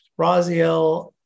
Raziel